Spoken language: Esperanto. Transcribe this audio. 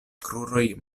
kruroj